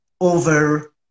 over